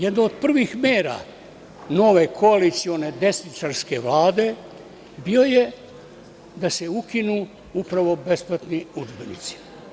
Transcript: Jedna od prvih mera nove koalicije desničarske Vlade bio je da se ukinu upravo besplatni udžbenici.